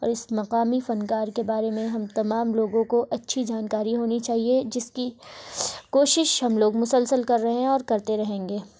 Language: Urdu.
اور اس مقامی فنکار کے بارے میں ہم تمام لوگوں کو اچھی جانکاری ہونی چاہیے جس کی کوشش ہم لوگ مسلسل کر رہے اور کرتے رہیں گے